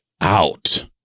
out